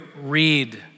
read